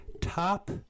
Top